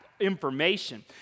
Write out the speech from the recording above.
information